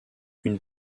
une